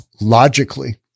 logically